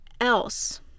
else